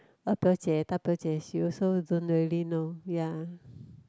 二表姐：er biao jie 大表姐：da biao jie she also don't really know ya